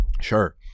sure